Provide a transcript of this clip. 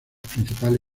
principales